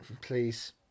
Please